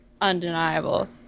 undeniable